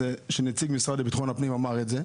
אלא נציג המשרד לביטחון פנים אמר את זה.